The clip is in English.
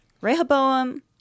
Rehoboam